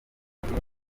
ifoto